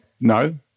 no